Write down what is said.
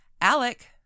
Alec